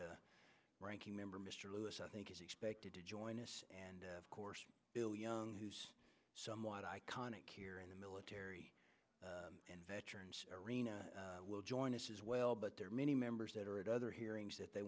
the ranking member mr lewis i think is expected to join us and of course bill young who's somewhat iconic here in the military and veterans arena will join us as well but there are many members that are at other hearings that they